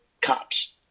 cops